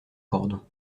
cordon